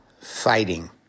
fighting